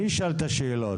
אני אשאל את השאלות.